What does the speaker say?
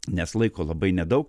nes laiko labai nedaug